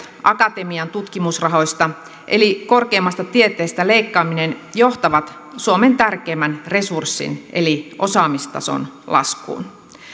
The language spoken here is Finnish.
akatemian tutkimusrahoista eli korkeimmasta tieteestä leikkaaminen johtavat suomen tärkeimmän resurssin eli osaamistason laskuun